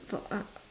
for uh